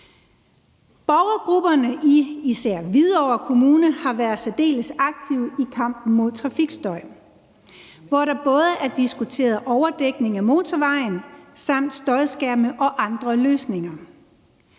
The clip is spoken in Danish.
Borgergrupperne i især Hvidovre kommune har været særdeles aktive i kampen mod trafikstøj, hvor der både er diskuteret overdækning af motorvejen samt støjskærme og andre løsninger,